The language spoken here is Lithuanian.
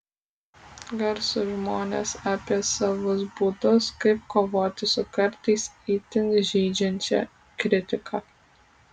garsūs žmonės apie savus būdus kaip kovoti su kartais itin žeidžiančia kritika